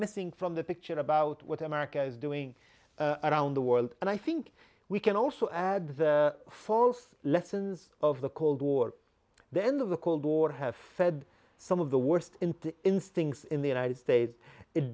missing from the picture about what america is doing around the world and i think we can also add the false lessons of the cold war the end of the cold war have said some of the worst instincts in the united states i